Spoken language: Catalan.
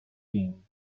tinc